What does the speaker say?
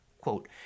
quote